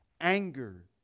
anger